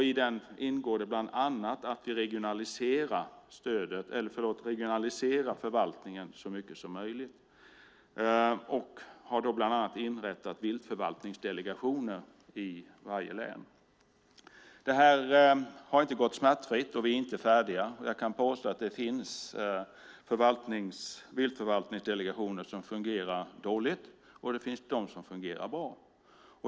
I den ingår det bland annat att man ska regionalisera förvaltningen så mycket som möjligt, och man har då bland annat inrättat viltförvaltningsdelegationer i varje län. Det här har inte gått smärtfritt, och vi är inte färdiga. Jag kan påstå att det finns viltförvaltningsdelegationer som fungerar dåligt, och det finns de som fungerar bra.